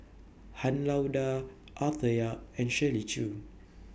Han Lao DA Arthur Yap and Shirley Chew